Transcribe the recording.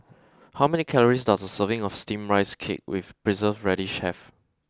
how many calories does a serving of steamed rice cake with preserved radish have